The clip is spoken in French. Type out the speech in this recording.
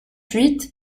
huit